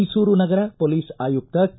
ಮೈಸೂರು ನಗರ ಪೊಲೀಸ್ ಆಯುಕ್ತ ಕೆ